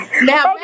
Now